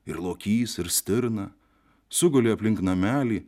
ir lokys ir stirna sugulė aplink namelį